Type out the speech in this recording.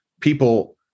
people